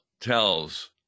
tells